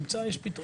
נעשה משהו.